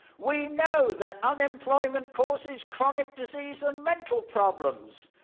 we know that unemployment causes chronic disease and mental problems,